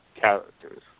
characters